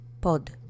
POD